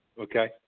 okay